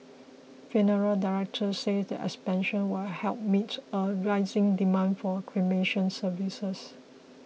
funeral directors said the expansion will help meet a rising demand for cremation services